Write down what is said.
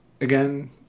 again